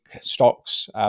stocks